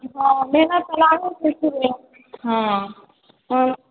हँ मेहनत तऽ लागै छै हँ हँ